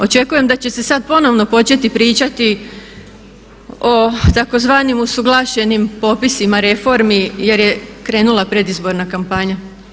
Očekujem da će se sada ponovno početi pričati o tzv. usuglašenim popisima reformi jer je krenula predizborna kampanja.